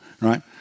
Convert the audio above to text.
right